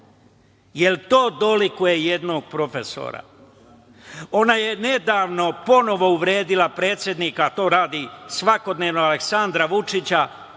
li to dolikuje jednom profesoru? Ona je nedavno ponovo uvredila predsednika, a to radi svakodnevno, Aleksandra Vučića